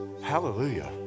Hallelujah